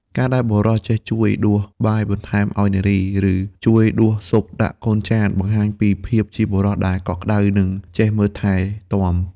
ការដែលបុរសចេះជួយដួសបាយបន្ថែមឱ្យនារី ឬជួយដួសស៊ុបដាក់កូនចាន បង្ហាញពីភាពជាបុរសដែលកក់ក្ដៅ និងចេះមើលថែទាំ។